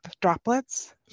droplets